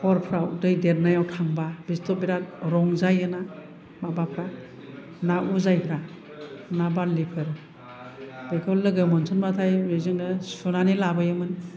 हरफ्राव दै देरनायव थांबा बेसोरथ' बिरात रंजायोना माबाफ्रा ना उजायफ्रा ना बार्लिफोर बेखौ लोगो मोनसन बाथाय बेजोंनो सुनानै लाबोयोमोन